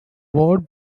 ward